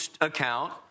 account